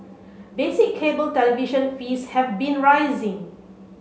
basic cable television fees have been rising